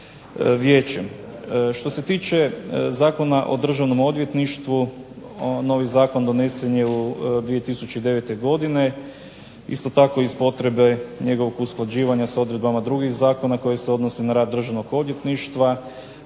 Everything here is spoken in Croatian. Što se tiče Zakona o Državnom odvjetništvu novi zakon donesen je 2009. godine. Isto tako iz potrebe njegovog usklađivanja s odredbama drugih zakona koji se odnose na rad Državnog odvjetništva,